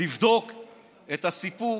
מלבדוק את הסיפור